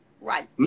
Right